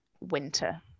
winter